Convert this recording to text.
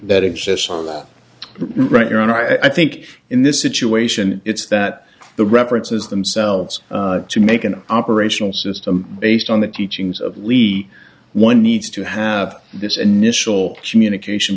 that exists on the right you're on i think in this situation it's that the references themselves to make an operational system based on the teachings of lee one needs to have this initial communication